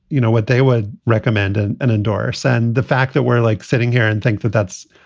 you know, what they would recommend and and endorse. and the fact that we're like sitting here and think that that's,